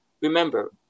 remember